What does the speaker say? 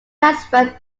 transferred